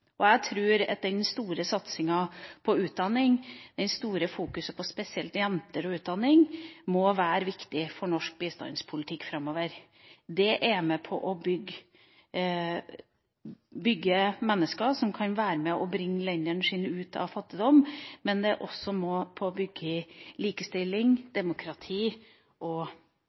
world.» Jeg tror den store satsinga på utdanning og det store fokuset på spesielt jenter og utdanning må være viktig for norsk bistandspolitikk framover. Det er med på å bygge mennesker som kan være med og bringe landene sine ut av fattigdom, men det er også med på å bygge likestilling, demokrati og